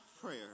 prayer